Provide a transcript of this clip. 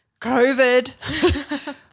COVID